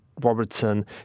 Robertson